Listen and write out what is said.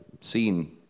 seen